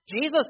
Jesus